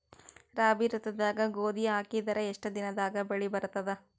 ರಾಬಿ ಋತುದಾಗ ಗೋಧಿ ಹಾಕಿದರ ಎಷ್ಟ ದಿನದಾಗ ಬೆಳಿ ಬರತದ?